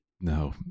No